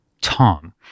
Tom